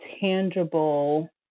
tangible